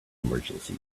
emergency